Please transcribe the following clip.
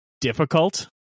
difficult